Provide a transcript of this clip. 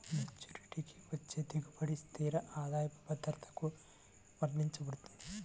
మెచ్యూరిటీకి వచ్చే దిగుబడి స్థిర ఆదాయ భద్రతకు వర్తించబడుతుంది